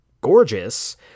gorgeous